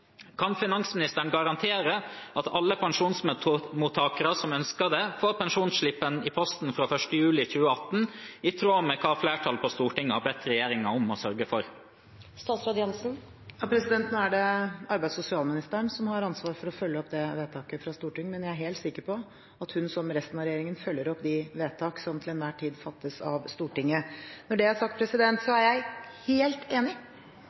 Kan finansministeren garantere at alle pensjonsmottakere som ønsker det, får pensjonsslippen i posten fra 1. juli 2018, i tråd med hva flertallet på Stortinget har bedt regjeringen om å sørge for? Nå er det arbeids- og sosialministeren som har ansvaret for å følge opp det vedtaket fra Stortinget, men jeg er helt sikker på at hun, som resten av regjeringen, følger opp de vedtak som til enhver tid fattes av Stortinget. Når det er sagt, er jeg helt enig